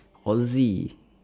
aussie